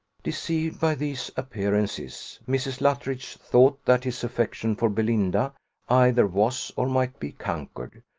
deceived by these appearances, mrs. luttridge thought that his affection for belinda either was or might be conquered,